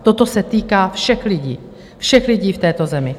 Toto se týká všech lidí, všech lidí v této zemi.